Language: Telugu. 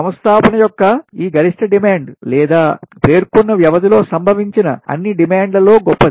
సంస్థాపన యొక్క ఈ గరిష్ట డిమాండ్ లేదా పేర్కొన్న వ్యవధిలో సంభవించిన అన్ని డిమాండ్లలో గొప్పది